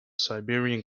siberian